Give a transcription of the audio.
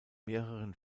mehreren